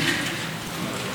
כמי שהיה במלחמות,